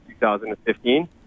2015